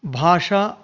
भाषा